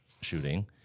shooting